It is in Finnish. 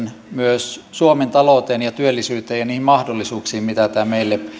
myös suomen talouteen ja työllisyyteen ja niihin mahdollisuuksiin mitä tämä meille